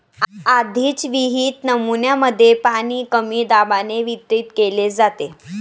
आधीच विहित नमुन्यांमध्ये पाणी कमी दाबाने वितरित केले जाते